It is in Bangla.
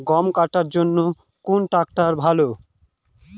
গম কাটার জন্যে কোন ট্র্যাক্টর ভালো?